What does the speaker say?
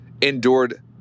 endured